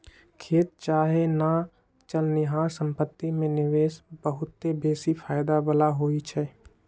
खेत चाहे न चलनिहार संपत्ति में निवेश बहुते बेशी फयदा बला होइ छइ